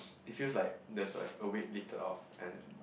it feels like that's like a weight lifted off and